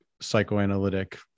psychoanalytic